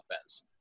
offense